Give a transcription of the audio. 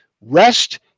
rest